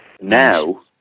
Now